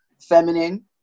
feminine